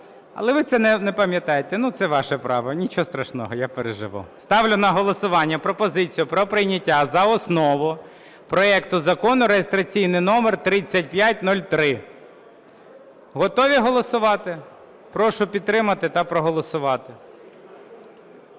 але ви це не пам'ятаєте. Це ваше право, нічого страшного, я переживу. Ставлю на голосування пропозицію про прийняття за основу проект Закону реєстраційний номер 3503. Готові голосувати? Прошу підтримати та проголосувати.